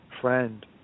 friend